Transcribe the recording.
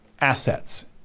assets